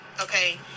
Okay